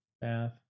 bath